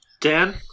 Dan